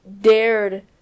dared